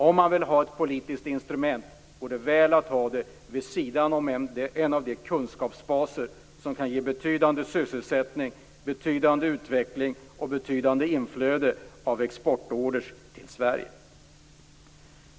Om man vill ha ett politiskt instrument går det att ha det vid sidan av en av de kunskapsbaser som kan ge betydande sysselsättning, betydande utveckling och betydande inflöde av exportorder till Sverige.